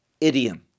idiom